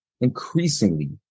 increasingly